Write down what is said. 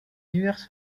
diverses